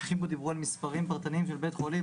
- אנשים פה דיברו על מספרים פרטניים של בתי חולים,